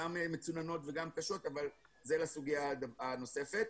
גם מצוננות וגם קשות אבל זה לסוגיה הנוספת.